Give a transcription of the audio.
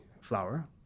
flour